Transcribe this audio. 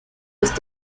ist